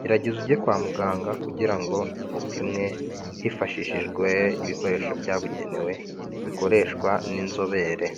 gerageza ujye kwa muganga kugira ngo upimwe hifashishijwe ibikoresho byabugenewe bikoreshwa n'inzobere.